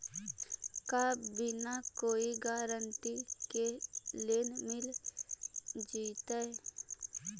का बिना कोई गारंटी के लोन मिल जीईतै?